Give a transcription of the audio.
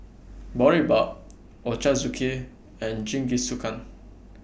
Boribap Ochazuke and Jingisukan